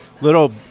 little